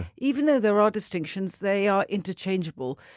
even though there are distinctions, they are interchangeable.